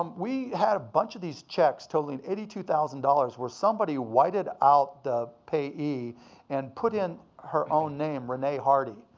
um we had a bunch of these checks totaling eighty two thousand dollars where somebody whited out the payee and put in her own name, name, renee hardy.